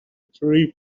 tree